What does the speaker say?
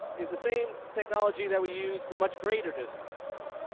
is the same technology that we use for much greater distances.